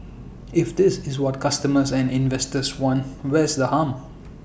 if this is what customers and investors want where's the harm